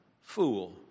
fool